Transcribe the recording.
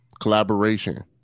collaboration